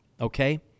okay